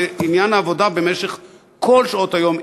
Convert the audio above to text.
ועניין העבודה במשך כל שעות היום,